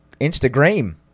Instagram